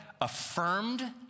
affirmed